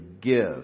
give